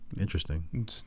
Interesting